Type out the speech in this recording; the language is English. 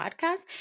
podcast